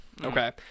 Okay